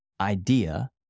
idea